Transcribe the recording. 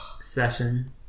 session